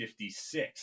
56